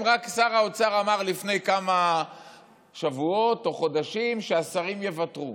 רק שר האוצר אמר לפני כמה שבועות או חודשים שהשרים ייוותרו.